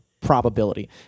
probability